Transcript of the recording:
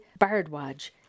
Bardwaj